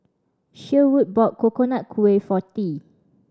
Sherwood bought Coconut Kuih for Tea